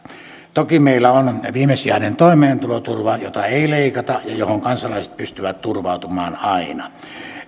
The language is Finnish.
toki meillä on viimesijainen toimeentuloturva jota ei leikata ja johon kansalaiset pystyvät turvautumaan aina